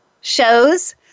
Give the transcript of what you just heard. shows